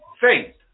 faith